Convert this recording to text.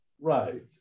Right